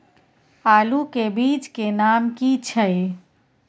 आलू के बीज के नाम की छै?